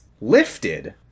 lifted